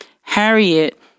Harriet